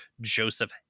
Joseph